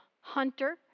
Hunter